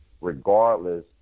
regardless